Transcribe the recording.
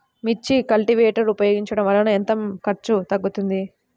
మిర్చి కల్టీవేటర్ ఉపయోగించటం వలన ఎంత ఖర్చు తగ్గుతుంది?